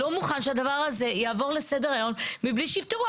הוא אמר 'אני לא מוכן שהדבר הזה יעבור לסדר היום מבלי שיפתרו'.